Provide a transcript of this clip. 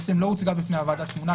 בעצם לא הוצגה בפני הוועדה תמונה.